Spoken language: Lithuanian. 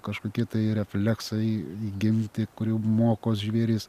kažkokie tai refleksai įgimti kurių mokos žvėrys